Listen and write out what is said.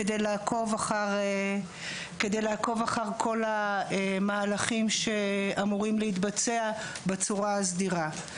כדי לעקוב אחר כל המהלכים שאמורים להתבצע בצורה הסדירה.